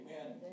Amen